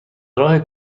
راه